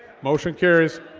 motion carries